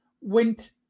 went